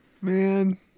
Man